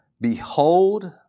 Behold